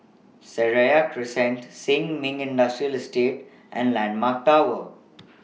Seraya Crescent Sin Ming Industrial Estate and Landmark Tower